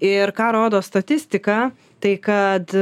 ir ką rodo statistika tai kad